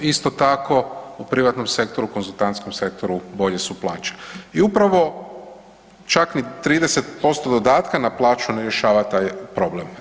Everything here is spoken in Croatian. Isto tako, u privatnom sektoru, konzultantskom sektoru bolje su plaće i upravo čak ni 30% dodatka na plaću ne rješava taj problem.